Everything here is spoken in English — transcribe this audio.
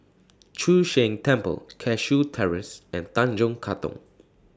Chu Sheng Temple Cashew Terrace and Tanjong Katong